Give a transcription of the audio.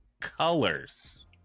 colors